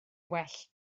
well